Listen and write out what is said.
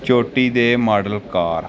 ਚੋਟੀ ਦੇ ਮਾਡਲ ਕਾਰ